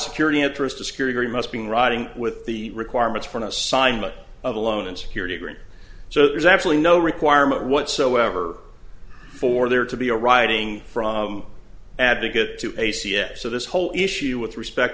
security must be in writing with the requirements for an assignment of a loan and security agreement so there's actually no requirement whatsoever for there to be a writing from advocate to a c s so this whole issue with respect